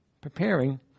preparing